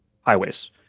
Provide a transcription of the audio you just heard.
highways